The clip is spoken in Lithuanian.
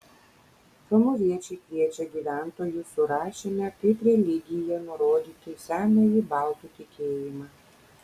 romuviečiai kviečia gyventojų surašyme kaip religiją nurodyti senąjį baltų tikėjimą